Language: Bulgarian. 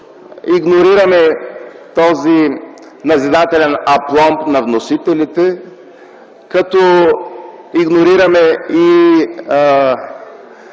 игнорираме назидателния апломб на вносителите, като игнорираме и